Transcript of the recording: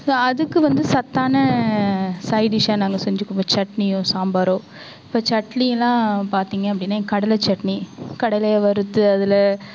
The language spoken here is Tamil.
நான் அதுக்கு வந்து சத்தான சைடிஸ்ஸாக நாங்கள் செஞ்சுக்குவோம் சட்னியோ சாம்பாரோ இப்போ சட்னி எல்லாம் பார்த்திங்க அப்படின்னா இங்க கடலைச்சட்னி கடலையை வறுத்து அதில்